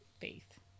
faith